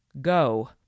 Go